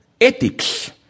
ethics